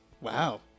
Wow